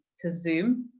to zoom